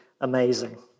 amazing